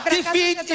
Defeat